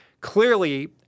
clearly